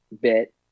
bit